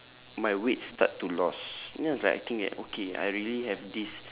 my weight start to loss then it's like I think like okay I really have this